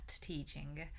teaching